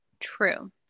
true